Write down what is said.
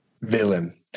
Villain